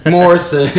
Morrison